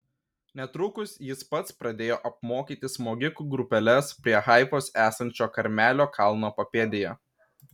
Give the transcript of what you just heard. netrukus jis pats pradėjo apmokyti smogikų grupeles prie haifos esančio karmelio kalno papėdėje